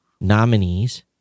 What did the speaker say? nominees